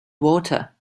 water